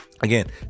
Again